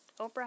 Oprah